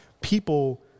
people